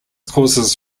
causes